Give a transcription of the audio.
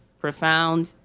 profound